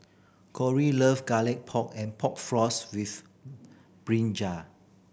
Kori love Garlic Pork and Pork Floss with brinjal